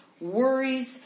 worries